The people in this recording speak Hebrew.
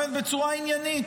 בצורה עניינית.